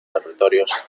territorios